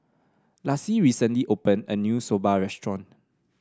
Laci recently opened a new Soba restaurant